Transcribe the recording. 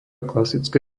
klasické